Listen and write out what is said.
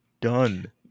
done